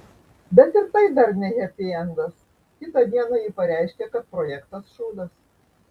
bet ir tai dar ne hepiendas kitą dieną ji pareiškė kad projektas šūdas